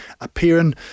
appearing